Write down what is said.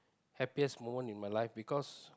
happiest moment in my life because